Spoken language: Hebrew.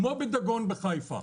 כמו בדגון בחיפה.